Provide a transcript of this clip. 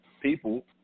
people